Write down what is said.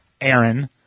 Aaron